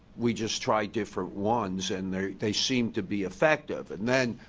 we just tried different ones and they seemed to be effective. and then,